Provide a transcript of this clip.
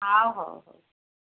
ଆଉ ହଉ